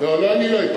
לא, אני לא אפגע.